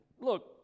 Look